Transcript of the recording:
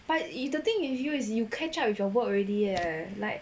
but the thing with you is you catch up with your work already leh like